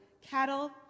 cattle